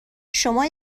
شما